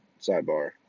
sidebar